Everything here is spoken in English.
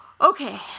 Okay